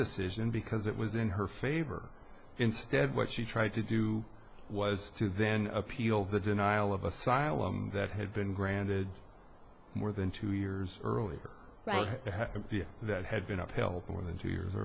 decision because it was in her favor instead what she tried to do was to then appeal the denial of asylum that had been granted more than two years earlier right that had been uphill more than two years